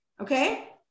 Okay